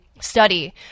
study